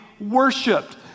worshipped